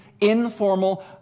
informal